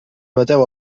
bateu